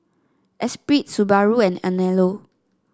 Esprit Subaru and Anello